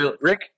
rick